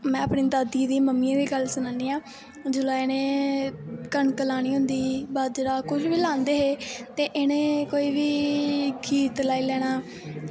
में अपनी दादियें दा मम्मियें दी गल्ल सनानी आं जिसलै इ'नें कनक लानी होंदी ही बाजरा कुछ बी लांदे हे ते इ'नें कोई बी गीत लाई लैना